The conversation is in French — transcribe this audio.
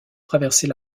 traverser